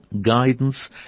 guidance